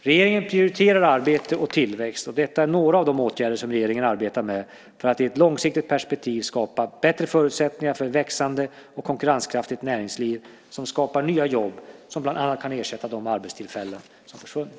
Regeringen prioriterar arbete och tillväxt och detta är några av de åtgärder som regeringen arbetar med för att i ett långsiktigt perspektiv skapa bättre förutsättningar för ett växande och konkurrenskraftigt näringsliv som skapar nya jobb som bland annat kan ersätta de arbetstillfällen som försvunnit.